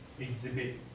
exhibit